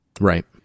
Right